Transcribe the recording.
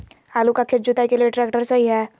आलू का खेत जुताई के लिए ट्रैक्टर सही है?